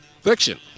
Fiction